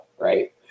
right